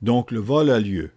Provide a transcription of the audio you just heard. le vol a lieu